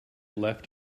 left